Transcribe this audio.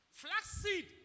flaxseed